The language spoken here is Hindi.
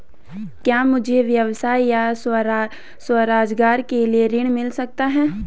क्या मुझे व्यवसाय या स्वरोज़गार के लिए ऋण मिल सकता है?